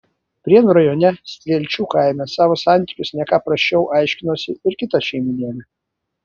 prienų rajone strielčių kaime savo santykius ne ką prasčiau aiškinosi ir kita šeimynėlė